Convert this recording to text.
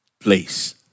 place